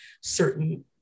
certain